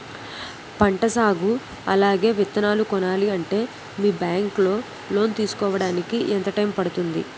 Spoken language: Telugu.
పంట సాగు అలాగే విత్తనాలు కొనాలి అంటే మీ బ్యాంక్ లో లోన్ తీసుకోడానికి ఎంత టైం పడుతుంది?